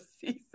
Season